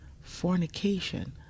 fornication